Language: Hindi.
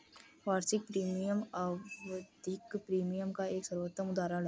वार्षिक प्रीमियम आवधिक प्रीमियम का सर्वोत्तम उदहारण है